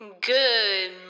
Good